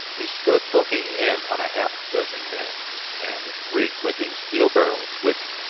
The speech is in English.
he stood looking in on a half dozen men and three glinting steel barrels which,